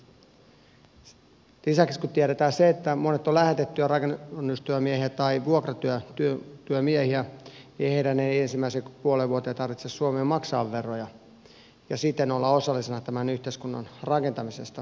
lisäksi kun tiedetään se että monet ovat lähetettyjä rakennustyömiehiä tai vuokratyömiehiä heidän ei ensimmäiseen puoleen vuoteen tarvitse suomeen maksaa veroja ja siten olla osallisena tämän yhteiskunnan rakentamisessa